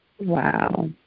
Wow